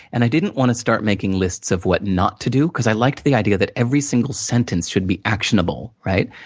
and i didn't want to start making lists of what not to do, because i liked the idea that every single sentence should be actionable. right,